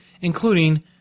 Including